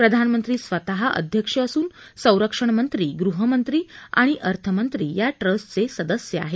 प्रधानमंत्री स्वतः अध्यक्ष असून संरक्षण मंत्री गृहमंत्री आणि अर्थमंत्री या ट्रस्टचे सदस्य आहेत